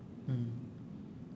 mm